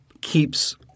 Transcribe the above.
keeps